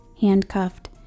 handcuffed